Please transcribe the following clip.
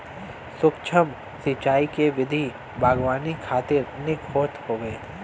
सूक्ष्म सिंचाई के विधि बागवानी खातिर निक होत बाटे